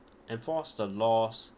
enforce the laws